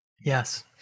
Yes